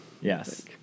Yes